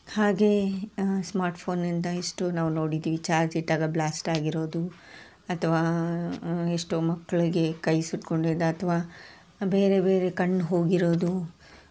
ಹಾಗೇ ಸ್ಮಾರ್ಟ್ಫೋನಿಂದ ಎಷ್ಟೋ ನಾವು ನೋಡಿದ್ದೀವಿ ಚಾರ್ಜ್ ಇಟ್ಟಾಗ ಬ್ಲಾಸ್ಟ್ ಆಗಿರೋದು ಅಥವಾ ಎಷ್ಟೋ ಮಕ್ಳಿಗೆ ಕೈ ಸುಟ್ಟುಕೊಂಡಿದ್ದು ಅಥವಾ ಬೇರೆ ಬೇರೆ ಕಣ್ಣು ಹೋಗಿರೋದು